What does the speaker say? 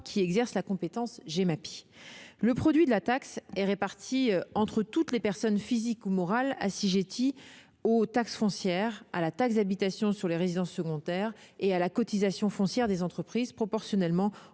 qui exercent la compétence Gemapi. Le produit de la taxe est réparti entre toutes les personnes physiques ou morales assujetties aux taxes foncières, à la taxe d'habitation sur les résidences secondaires et à la cotisation foncière des entreprises (CFE), proportionnellement